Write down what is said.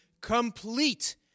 Complete